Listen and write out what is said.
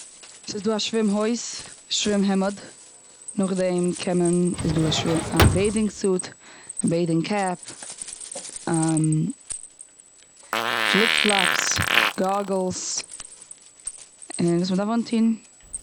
ס'איז דא א שווים הויז, שווים העמד. נאכדעם איז קען מען, איז דא א בעדינג סוט, בעדינג קעפ. פליפ פלאפס, גאגלס, און וואס מ'דארף אנטוהן.